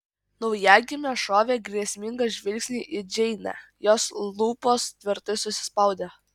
naujagimė šovė grėsmingą žvilgsnį į džeinę jos lūpos tvirtai susispaudė